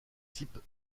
type